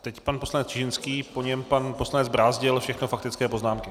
Teď pan poslanec Čižinský, po něm pan poslanec Brázdil, všechno faktické poznámky.